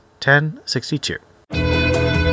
1062